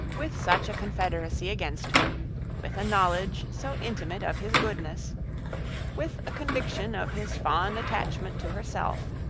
with such a confederacy against her with a knowledge so intimate of his goodness with a conviction of his fond attachment to herself,